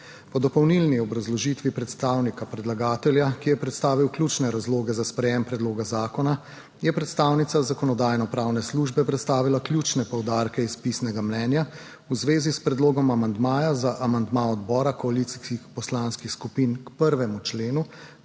Po dopolnilni obrazložitvi predstavnika predlagatelja, ki je predstavil ključne razloge za sprejetje predloga zakona, je predstavnica Zakonodajno-pravne službe predstavila ključne poudarke iz pisnega mnenja v zvezi s predlogom amandmaja, za amandma odbora koalicijskih poslanskih skupin k 1. členu